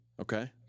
Okay